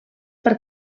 per